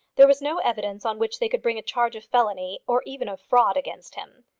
there was no evidence on which they could bring a charge of felony or even of fraud against him.